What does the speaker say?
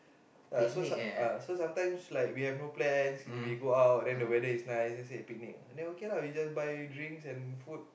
uh so some~ uh so sometimes like we have no plans we go out then the weather is nice just have a picnic then okay lah we just buy drinks and food